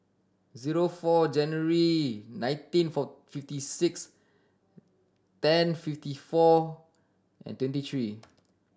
zero four January nineteen four fifty six ten fifty four and twenty three